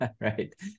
right